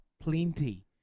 plenty